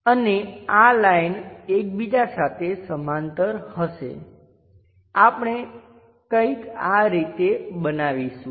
અને આ લાઈન એકબીજા સાથે સમાંતર હશે આપણે કંઈક આ રીતે બનાવીશું